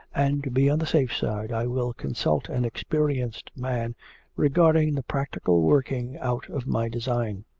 and to be on the safe side i will consult an experienced man regarding the practical working out of my design.